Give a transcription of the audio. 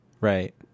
right